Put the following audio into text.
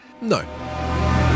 no